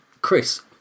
Chris